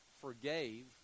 forgave